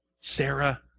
Sarah